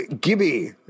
Gibby